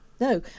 No